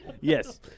Yes